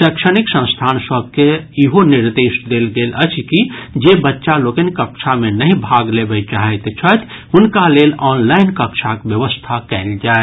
शैक्षणिक संस्थान सभ के ईहो निर्देश देल गेल अछि कि जे बच्चा लोकनि कक्षा मे नहि भाग लेबय चाहैत छथि हुनका लेल ऑनलाइन कक्षाक व्यवस्था कयल जाय